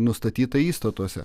nustatyta įstatuose